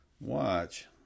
watch